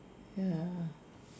ya